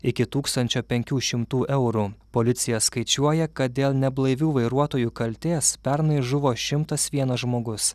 iki tūkstančio penkių šimtų eurų policija skaičiuoja kad dėl neblaivių vairuotojų kaltės pernai žuvo šimtas vienas žmogus